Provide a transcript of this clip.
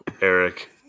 Eric